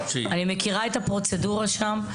אני מכירה את הפרוצדורה שם,